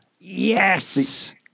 yes